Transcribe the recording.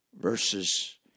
Versus